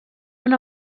una